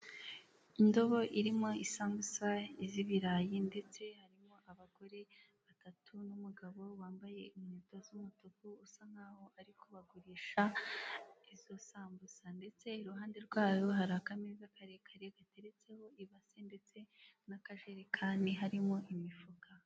Indobo irimo isambusa z'ibirayi ndetse harimo abagore batatu n'umugabo wambaye inkweto z'umutuku usa nkaho ari kubagurisha izo sambusa, ndetse iruhande rwabo hari akameza karekare gateretseho ibase ndetse nakajerekani harimo imifuka.